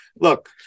look